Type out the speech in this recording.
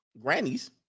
Grannies